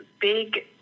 big